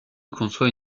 conçoit